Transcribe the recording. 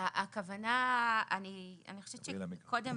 אני חושבת שקודם